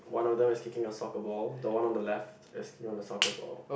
one of them is kicking a soccer ball the one on the left is kicking a soccer ball